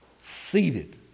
seated